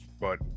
but-